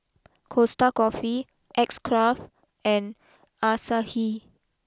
Costa Coffee X Craft and Asahi